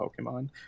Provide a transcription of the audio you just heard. pokemon